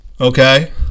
okay